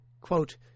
Quote